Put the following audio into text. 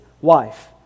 wife